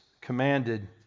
commanded